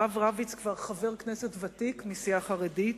הרב רביץ כבר חבר כנסת ותיק מסיעה חרדית,